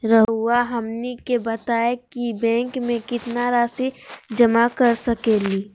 रहुआ हमनी के बताएं कि बैंक में कितना रासि जमा कर सके ली?